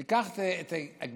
ניקח את גילאי